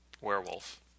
werewolf